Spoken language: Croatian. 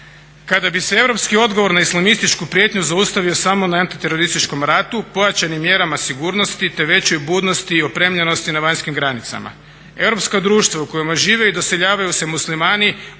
kada bi se europski odgovor na islamističku prijetnju zaustavio samo na antiterorističkom ratu, pojačanim mjerama sigurnosti te većoj budnosti i opremljenosti na vanjskim granicama. Europska društva u kojima žive i doseljavaju se muslimani